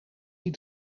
die